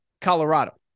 Colorado